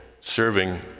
serving